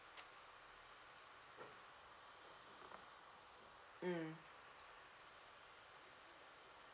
mm